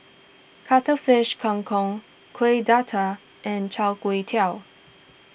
Cuttlefish Kang Kong Kuih Dadar and Chai Kuay Tow